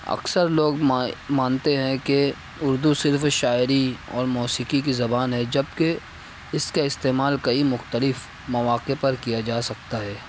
اکثر لوگ مانتے ہیں کہ اردو صرف شاعری اور موسیقی کی زبان ہے جب کہ اس کا استعمال کئی مختلف مواقع پر کیا جا سکتا ہے